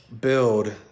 build